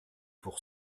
pour